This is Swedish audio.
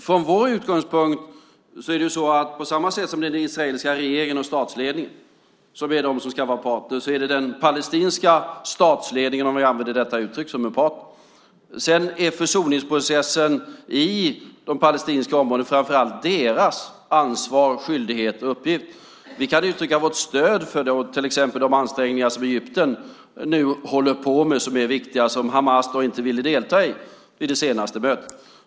Från vår utgångspunkt är det så att på samma sätt som den israeliska regeringen och statsledningen ska vara en part är det den palestinska statsledningen, om vi använder detta uttryck, som är part, och försoningsprocessen i de palestinska områdena är framför allt deras ansvar, skyldighet och uppgift. Vi kan uttrycka vårt stöd för detta och för till exempel de ansträngningar som Egypten nu håller på med. De är viktiga, men Hamas ville inte delta i det senaste mötet.